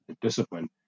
discipline